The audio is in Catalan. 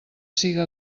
siga